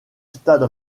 stade